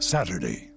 Saturday